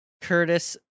Curtis